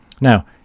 Now